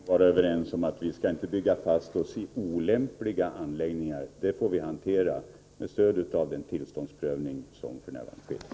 Herr talman! Vi kan vara överens så långt som att vi inte skall bygga fast oss i olämpliga anläggningar. Detta får vi hantera med stöd av den tillståndsprövning som f.n. sker.